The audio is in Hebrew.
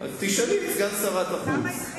אז תשאלי את סגן שרת החוץ.